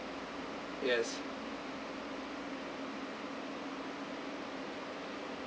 yes